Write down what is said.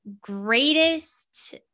greatest